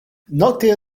nokte